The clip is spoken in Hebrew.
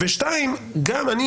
שנית, גם אני